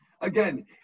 Again